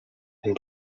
and